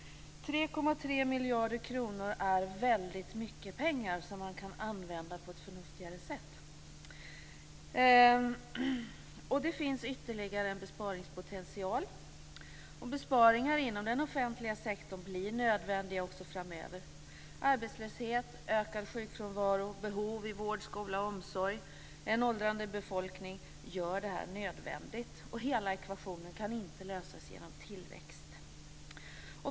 3,3 miljarder kronor är väldigt mycket pengar som man kan använda på ett förnuftigare sätt. Och det finns ytterligare besparingspotential. Besparingar inom den offentliga sektorn blir nödvändiga också framöver. Arbetslöshet, ökad sjukfrånvaro, behov i vård, skola och omsorg och en åldrande befolkning gör det här nödvändigt. Hela ekvationen kan inte lösas genom tillväxt.